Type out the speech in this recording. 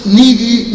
needy